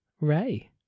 ray